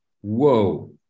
whoa